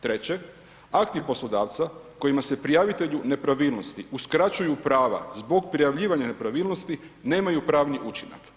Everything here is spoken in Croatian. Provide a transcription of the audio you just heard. Treće, akti poslodavca kojima se prijavitelju nepravilnosti uskraćuju prava zbog prijavljivanja nepravilnosti nemaju pravni učinak.